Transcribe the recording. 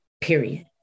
Period